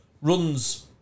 runs